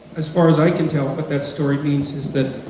as far as i can tell, what but that story means is that,